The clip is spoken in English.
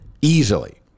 Easily